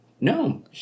No